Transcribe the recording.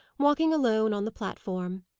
walking alone on the platform.